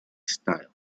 style